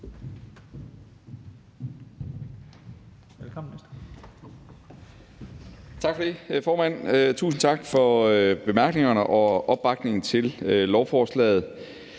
Tak for det, formand, og tusind tak for bemærkningerne og opbakningen til lovforslaget.